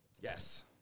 Yes